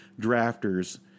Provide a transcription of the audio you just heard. drafters